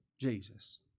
Jesus